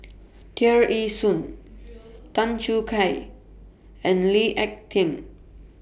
Tear Ee Soon Tan Choo Kai and Lee Ek Tieng